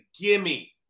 gimme